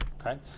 okay